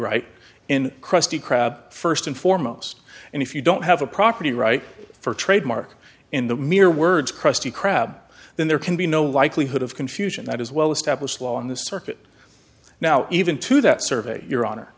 right in krusty krab first and foremost and if you don't have a property right for trademark in the mere words krusty krab then there can be no likelihood of confusion that is well established law in the circuit now even to that survey your honor